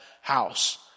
house